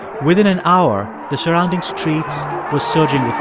within an hour, the surrounding streets were surging yeah